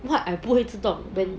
what I 不会自动 when